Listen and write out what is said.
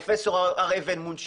פרופ' הר אבן מורדם ומונשם.